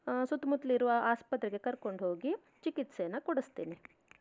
ಸುತ್ತಮುತ್ತಲಿರುವ ಆಸ್ಪತ್ರೆಗೆ ಕರ್ಕೊಂಡು ಹೋಗಿ ಚಿಕಿತ್ಸೇನ ಕೊಡಿಸ್ತೀನಿ